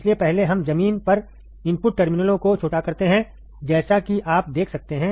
इसलिए पहले हम जमीन पर इनपुट टर्मिनलों को छोटा करते हैं जैसा कि आप देख सकते हैं